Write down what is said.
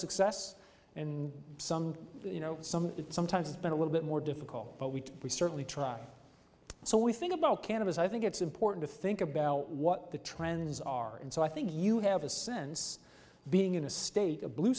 success in some you know some sometimes it's been a little bit more difficult but we certainly try so we think about canada's i think it's important to think about what the trends are and so i think you have a sense of being in a state a blue